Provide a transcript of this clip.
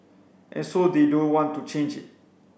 and so they don't want to change it